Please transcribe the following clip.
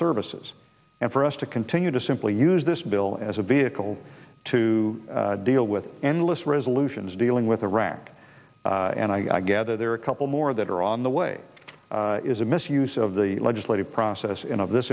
services and for us to continue to simply use this bill as a vehicle to deal with endless resolutions dealing with iraq and i gather there are a couple more that are on the way is a misuse of the legislative process and of this